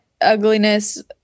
ugliness